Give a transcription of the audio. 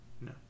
No